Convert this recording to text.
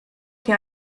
che